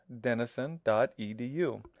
denison.edu